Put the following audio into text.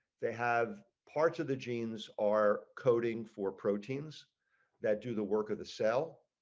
they have parts of the genes are coding for proteins that do the work of the cell.